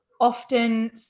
often